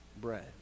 bread